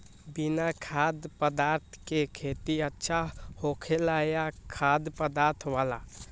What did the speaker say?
बिना खाद्य पदार्थ के खेती अच्छा होखेला या खाद्य पदार्थ वाला?